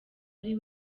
ari